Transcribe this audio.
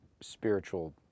spiritual